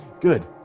good